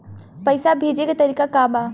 पैसा भेजे के तरीका का बा?